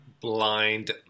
blind